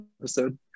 episode